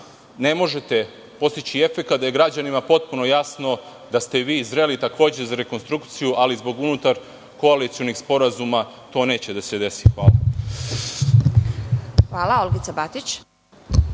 ne možete postići efekat, da je građanima potpuno jasno da ste vi takođe zreli za rekonstrukciju, ali zbog unutarkoalicionih sporazuma to neće da se desi. Hvala.